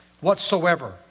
whatsoever